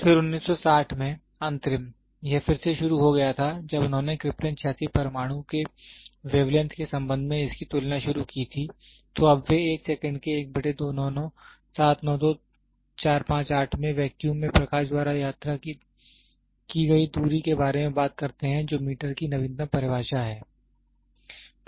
फिर 1960 में अंतरिम यह फिर से शुरू हो गया था जब उन्होंने क्रिप्टन 86 परमाणु के वेवलेंथ के संबंध में इसकी तुलना शुरू की थी तो अब वे एक सेकंड के में वैक्यूम में प्रकाश द्वारा यात्रा की गई दूरी के बारे में बात करते हैं जो मीटर की नवीनतम परिभाषा है